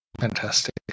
Fantastic